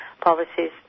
policies